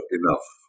enough